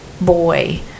boy